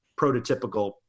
prototypical